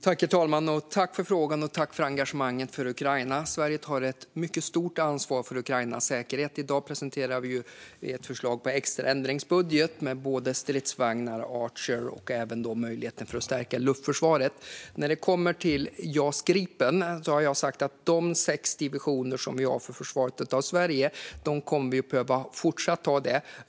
Herr talman! Jag tackar ledamoten för frågan och engagemanget för Ukraina. Sverige tar ett mycket stort ansvar för Ukrainas säkerhet. I dag presenterar vi ett förslag på extra ändringsbudget med stridsvagnar, Archer och möjlighet att stärka luftförsvaret. När det gäller Jas Gripen har jag sagt att de sex divisioner som vi har för försvaret av Sverige kommer vi att behöva fortsätta att ha.